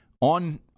on